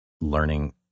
learning